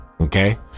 Okay